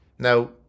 Now